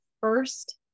first